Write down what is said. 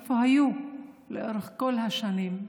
איפה היינו לאורך כל השנים?